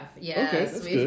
yes